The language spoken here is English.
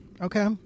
Okay